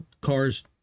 cars